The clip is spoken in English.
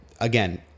again